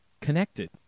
connected